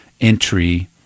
entry